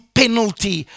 penalty